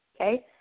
okay